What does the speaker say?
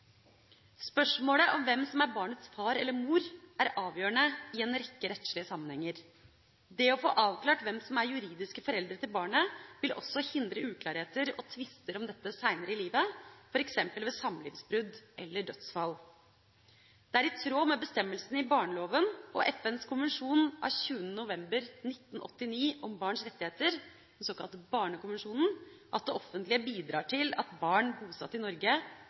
Spørsmålet om hvem som er barnets far eller mor, er avgjørende i en rekke rettslige sammenhenger. Det å få avklart hvem som er juridiske foreldre til barnet, vil også hindre uklarheter og tvister om dette seinere i livet, f.eks. ved samlivsbrudd eller dødsfall. Det er i tråd med bestemmelsene i barneloven og FNs konvensjon av 20. november 1989 om barns rettigheter, den såkalte barnekonvensjonen, at det offentlige bidrar til at barn bosatt i Norge